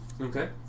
Okay